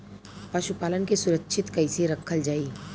पशुपालन के सुरक्षित कैसे रखल जाई?